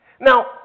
Now